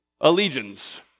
allegiance